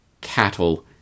cattle